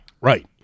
Right